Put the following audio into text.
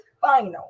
final